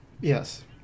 yes